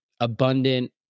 abundant